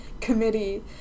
Committee